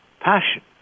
passion